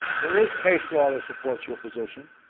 there is case law that supports your position.